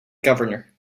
governor